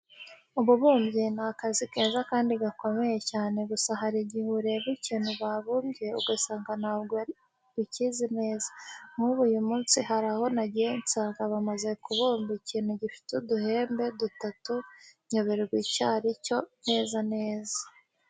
Ububumbyi ni akazi keza kandi gakomeye cyane, gusa hari igihe ureba ikintu babumbye ugasanga ntabwo ukizi neza. Nk'ubu uyu munsi hari aho nagiye nsanga bamaze kubumba ikintu gifite uduhembe dutatu nyoberwa icyo ari cyo neza neza.